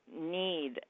need